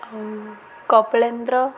ଆଉ କପଳେନ୍ଦ୍ର